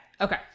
Okay